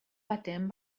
patent